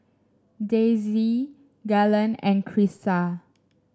Daisye Galen and Krysta